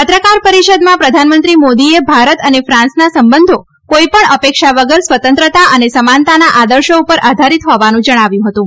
પત્રકાર પરિષદમાં પ્રધાનમંત્રી મોદીએ ભારત અને ફાન્સના સંબંધો કોઈપણ અપેક્ષા વગર સ્વતંત્રતા અને સમાનતાના આદર્શો ઉપર આધારીત હોવાનું જણાવ્યું હતું